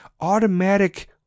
automatic